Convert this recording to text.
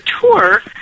tour